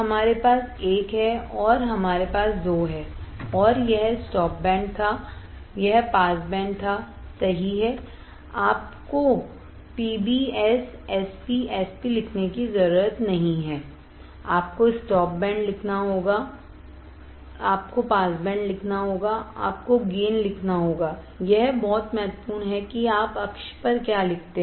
हमारे पास 1 है और हमारे पास 2 है और यह स्टॉप बैंड था यह पास बैंड था सही है आपको PBS SPSP लिखने की ज़रूरत नहीं है आपको स्टॉप बैंड लिखना होगा आपको पास बैंड लिखना होगा आपको गेन लिखना होगा यह बहुत महत्वपूर्ण है कि आप अक्ष पर क्या लिखते हैं